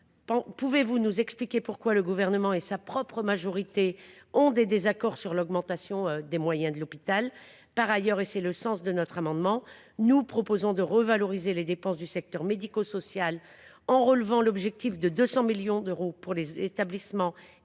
Pouvez vous nous expliquer pourquoi le Gouvernement et sa propre majorité ont des désaccords sur l’augmentation des moyens de l’hôpital ? Par ailleurs, et c’est le sens de notre amendement, nous proposons de revaloriser les dépenses du secteur médico social, en rehaussant l’objectif de 200 millions d’euros pour les établissements et